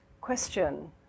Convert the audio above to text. question